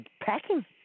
packing